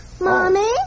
Mommy